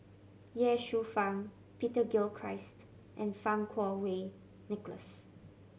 Ye Shufang Peter Gilchrist and Fang Kuo Wei Nicholas